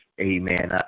amen